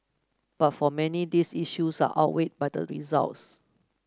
but for many these issues are outweighed by the results